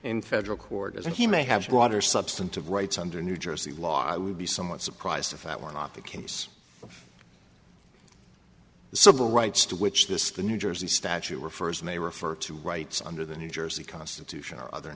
in federal court and he may have water substantive rights under new jersey law i would be somewhat surprised if that were not the case civil rights to which this the new jersey statue refers may refer to rights under the new jersey constitution or other